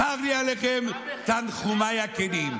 חבר הכנסת מיקי לוי.